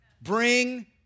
Bring